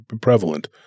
prevalent